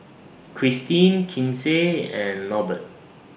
Kristine Kinsey and Norbert